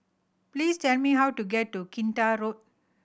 please tell me how to get to Kinta Road